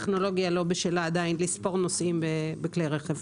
הטכנולוגיה לא בשלה עדיין לספור נוסעים בכלי רכב.